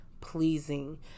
pleasing